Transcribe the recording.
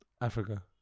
Africa